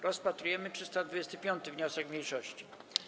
Rozpatrujemy 325. wniosek mniejszości.